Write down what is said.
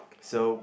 so